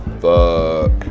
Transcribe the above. fuck